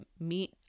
meet